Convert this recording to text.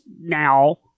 now